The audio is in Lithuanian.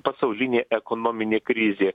pasaulinė ekonominė krizė